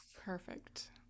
Perfect